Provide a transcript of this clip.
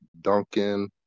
Duncan